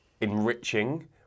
enriching